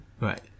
Right